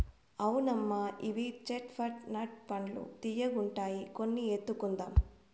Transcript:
అవునమ్మా ఇవి చేట్ పట్ నట్ పండ్లు తీయ్యగుండాయి కొన్ని ఎత్తుకుందాం